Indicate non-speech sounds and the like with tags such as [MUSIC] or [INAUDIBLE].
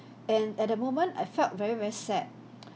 [BREATH] and at that moment I felt very very sad [NOISE]